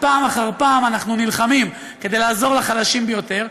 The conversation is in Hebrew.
ופעם אחר פעם אנחנו נלחמים כדי לעזור לחלשים ביותר.